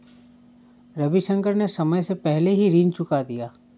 रविशंकर ने समय से पहले ही ऋण चुका दिया